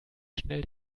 schnell